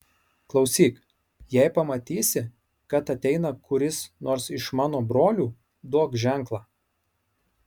klausyk jei pamatysi kad ateina kuris nors iš mano brolių duok ženklą